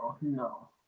no